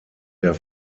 der